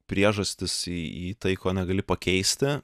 priežastis į tai ko negali pakeisti